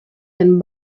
and